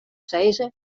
sizze